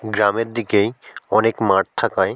গ্রামের দিকেই অনেক মাঠ থাকায়